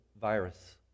virus